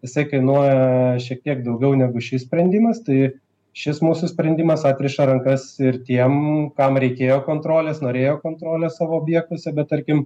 jisai kainuoja šiek tiek daugiau negu šis sprendimas tai šis mūsų sprendimas atriša rankas ir tiem kam reikėjo kontrolės norėjo kontrolės savo objektuose bet tarkim